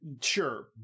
Sure